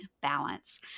balance